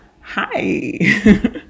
Hi